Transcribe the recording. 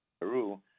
Peru